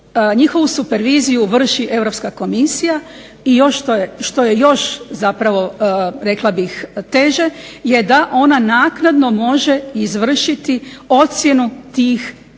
njihovu superviziju vrši Europska komisija i što je još zapravo rekla bih teže je da ona naknadno može izvršiti ocjenu tih programa